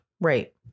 Right